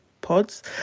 pods